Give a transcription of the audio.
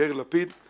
יאיר לפיד,